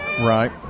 Right